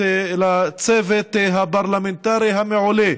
להודות לצוות הפרלמנטרי המעולה